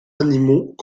animaux